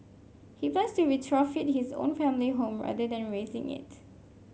he plans to retrofit his own family home rather than razing it